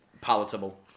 palatable